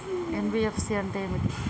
NBFC అంటే ఏమిటి?